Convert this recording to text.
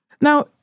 Now